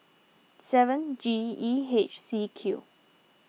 seven G E H C Q